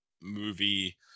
movie